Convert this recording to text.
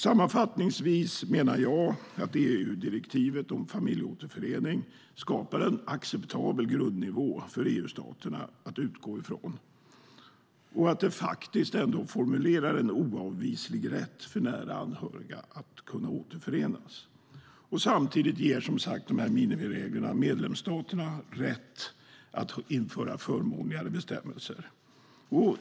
Sammanfattningsvis menar jag att EU-direktivet om familjeåterförening skapar en acceptabel grundnivå för EU-staterna att utgå från. Och det formulerar faktiskt en oavvislig rätt för nära anhöriga att kunna återförenas. Samtidigt ger, som sagt, de här minimireglerna medlemsstaterna rätt att införa förmånligare bestämmelser.